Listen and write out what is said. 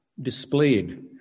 displayed